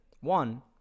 One